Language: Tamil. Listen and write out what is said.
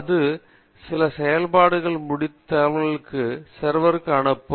அது சில செயல்பாடுகளை முடித்து தகவல்களை சர்வருக்கு அனுப்ப வேண்டும்